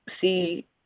see